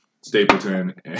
Stapleton